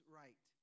right